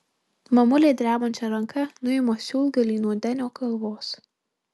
mamulė drebančia ranka nuima siūlgalį nuo denio galvos